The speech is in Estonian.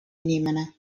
inimene